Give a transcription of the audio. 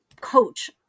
coach